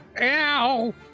Ow